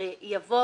יבוא